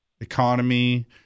economy